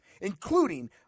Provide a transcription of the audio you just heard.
including